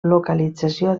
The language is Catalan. localització